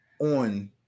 on